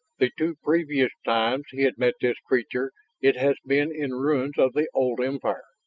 the two previous times he had met this creature it had been in ruins of the old empire.